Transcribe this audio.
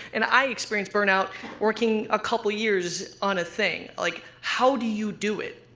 and i experience burnout working a couple of years on a thing. like, how do you do it?